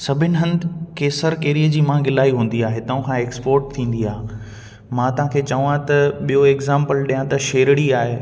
सभिनि हंधु केसर कैरी जी मांग इलाही हूंदी आहे हितां खां एक्सपोर्ट थींदी आहे मां तव्हां खे चवां त ॿियो एग्ज़ाम्पल ॾियां त शेरड़ी आहे